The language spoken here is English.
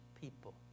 people